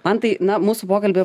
mantai na mūsų pokalbį